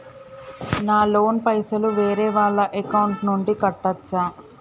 నా లోన్ పైసలు వేరే వాళ్ల అకౌంట్ నుండి కట్టచ్చా?